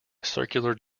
circular